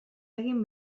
egin